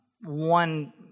one